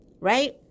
right